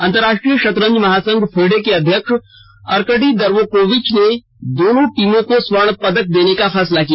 अंतरराष्ट्रीय शतरंज महासंघ फिडे के अध्यक्ष अरकडी दर्वोकोविच ने दोनों टीमों को स्वर्ण पदक देने का फैसला किया